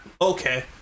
Okay